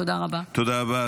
תודה רבה.